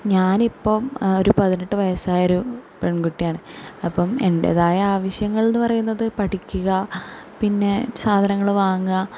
ഞാൻ ഇപ്പം ഒരു പതിനെട്ട് വയസ്സായ ഒരു പെൺകുട്ടിയാണ് അപ്പം എൻ്റേതായ ആവിശ്യങ്ങൾ എന്ന് പറയുന്നത് പഠിക്കുക പിന്നെ സാധനങ്ങൾ വാങ്ങുക